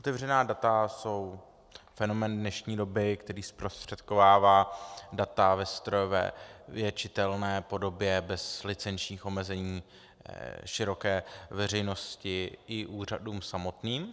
Otevřená data jsou fenomén dnešní doby, který zprostředkovává data ve strojově čitelné podobě bez licenčních omezení široké veřejnosti i úřadům samotným.